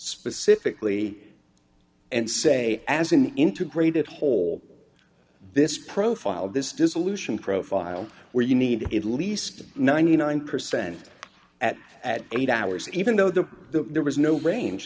specifically and say as an integrated whole this profile this dissolution profile where you need at least ninety nine percent at at eight hours even though the there was no range